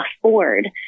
afford